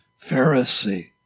Pharisee